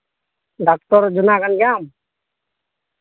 doctor ᱡᱚᱱᱟ ᱠᱟᱱ ᱜᱮᱭᱟᱢ